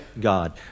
God